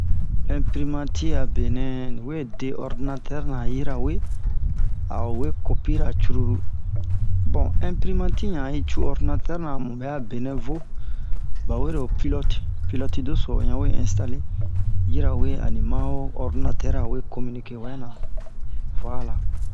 imprimati a be nɛ ni we de ordinatɛr na yirawe a'o we kopi ra cruru bon imprimati han yi cu ordinatɛr na mu bɛ'a benɛ vo bawero pilot piloti deso han we instale yirawe ani ma'o ordinatɛr ra we cominike wɛ na vuala